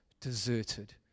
deserted